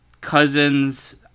cousins